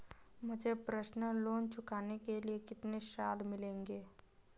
मुझे personal loan चुकाने के लिए कितने साल मिलेंगे?